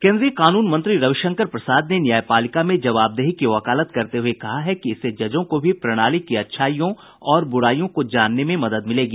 केन्द्रीय कानून मंत्री रविशंकर प्रसाद ने न्यायपालिका में जवाबदेही की वकालत करते हुए कहा है कि इससे जजों को भी प्रणाली की अच्छाइयों और ब्राइयों को जानने में मदद मिलेगी